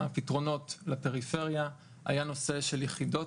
הפתרונות לפריפריה היה נושא של יחידות